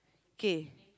k